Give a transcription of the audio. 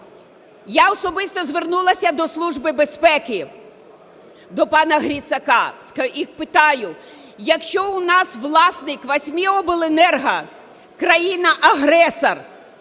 Я особисто звернулася до Служби безпеки, до пана Грицака, і питаю, якщо у нас власник восьми обленерго країна агресор,